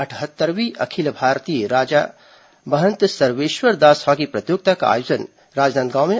अटहत्तरवीं अखिल भारतीय महंत राजा सर्वेश्वर दास हॉकी प्रतियोगिता का आयोजन राजनांदगांव में